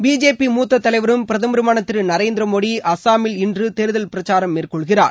BJP மூத்த தலைவரும் பிரதமருமான திரு நரேந்திர மோடி அசாமில் இன்று தேர்தல் பிரச்சாரம் மேற்கொள்கிறார்